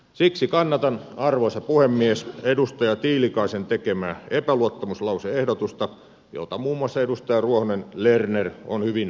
siksi kannatan arvoisa puhemies edustaja tiilikaisen tekemää epäluottamuslause ehdotusta jota muun muassa edustaja ruohonen lerner on hyvin perustein kannattanut